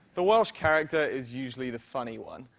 the welsh character is usually the funny one,